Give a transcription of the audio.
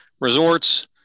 resorts